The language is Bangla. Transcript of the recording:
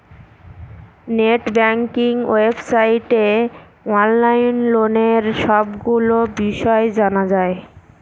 নেট ব্যাঙ্কিং ওয়েবসাইটে অনলাইন লোনের সবগুলো বিষয় জানা যায়